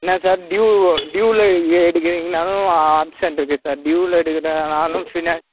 என்ன sir due டியூவில் எ எடுக்கிறீங்கனாலும் ஆப்ஷன் இருக்குது சார் டியூவில் எடுக்கிறதானாலும் ஃபினான்ஸ்